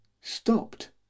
stopped